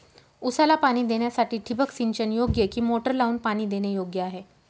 ऊसाला पाणी देण्यासाठी ठिबक सिंचन योग्य कि मोटर लावून पाणी देणे योग्य आहे?